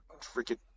freaking